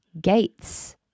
gates